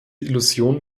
illusion